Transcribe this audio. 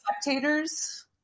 spectators